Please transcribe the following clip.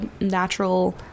natural